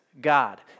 God